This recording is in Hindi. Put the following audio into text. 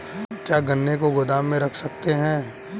क्या गन्ने को गोदाम में रख सकते हैं?